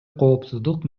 коопсуздук